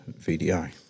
VDI